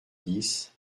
dix